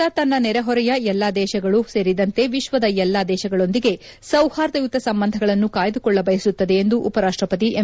ಭಾರತ ತನ್ನ ನೆರೆಹೊರೆಯ ಎಲ್ಲಾ ದೇಶಗಳೂ ಸೇರಿದಂತೆ ವಿಶ್ವದ ಎಲ್ಲಾ ದೇಶಗಳೊಂದಿಗೆ ಸೌಹಾರ್ದಯುತ ಸಂಬಂಧಗಳನ್ನು ಕಾಯ್ದುಕೊಳ್ಳಬಯಸುತ್ತದೆ ಎಂದು ಉಪರಾಷ್ತ ಪತಿ ಎಂ